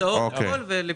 הוצאות והכול.